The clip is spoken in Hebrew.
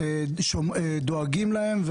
דואגות להם.